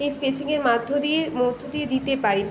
এই স্কেচিংয়ের মাধ্য দিয়ে মধ্য দিয়ে দিতে পারি